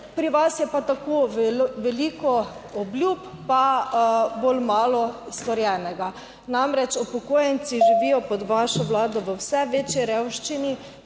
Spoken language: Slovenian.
pri vas je pa tako veliko obljub pa bolj malo storjenega, namreč upokojenci živijo pod vašo Vlado v vse večji revščini,